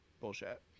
bullshit